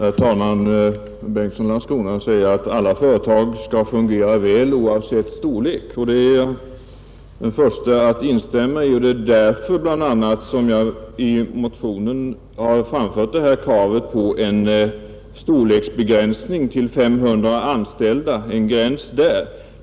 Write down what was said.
Herr talman! Herr Bengtsson i Landskrona säger att alla företag skall fungera väl, oavsett storlek, och det är jag den förste att instämma i. Det är bl.a. därför som jag i motionen har framfört det här kravet på en gräns vid 500 anställda.